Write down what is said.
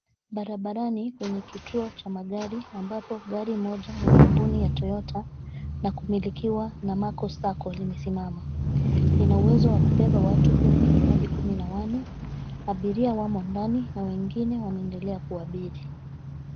Barabarani kwenye kituo cha magari ambapo gari moja ya kampuni ya Toyota na kumilikiwa na Makos Sacco limesimama. Lina uwezo wa kubeba watu kumi hadi kumi na wanne. Abiria wamo ndani na wengine wanaendelea kuabiri.